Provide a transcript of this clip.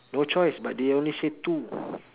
no choice but they only say two